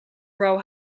row